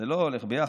זה לא הולך ביחד.